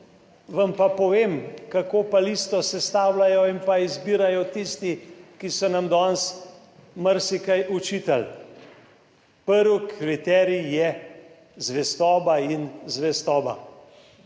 Vam pa povem, kako pa listo sestavljajo in pa izbirajo tisti, ki so nam danes marsikaj očitali. Prvi kriterij je zvestoba in zvestoba.